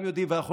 זה לא